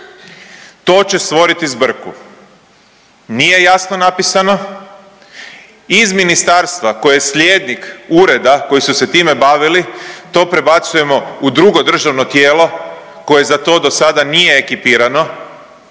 To će stvoriti zbrku. Nije jasno napisano. Iz ministarstva koje je slijednik ureda koji su se time bavili to prebacujemo u drugo državno tijelo koje za to dosada nije ekipirano.